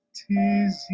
tis